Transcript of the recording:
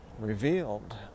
revealed